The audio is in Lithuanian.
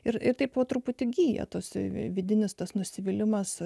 ir ir taip po truputį gyja tos vidinis tas nusivylimas